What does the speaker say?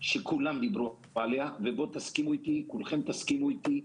שכולם דיברו עליה, וכולכם תסכימו איתי,